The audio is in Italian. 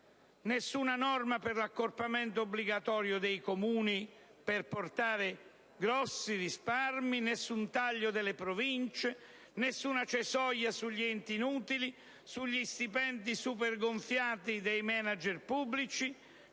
nessuna norma per l'accorpamento obbligatorio dei Comuni, per realizzare grossi risparmi; nessun taglio delle Province; nessuna cesoia sugli enti inutili, sugli stipendi supergonfiati dei *manager* pubblici;